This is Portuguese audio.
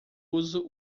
uso